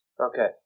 Okay